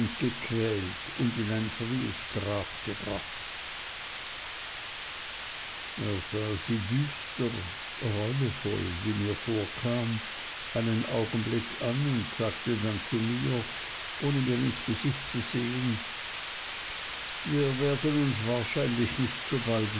gequält und in ein frühes grab gebracht er sah sie düster reuevoll wie mir vorkam einen augenblick an und sagte dann zu mir ohne mir ins gesicht zu sehen wir werden uns wahrscheinlich nicht so bald